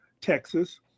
Texas